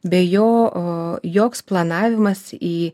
be jo joks planavimas į